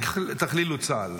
אל תכלילו, צה"ל.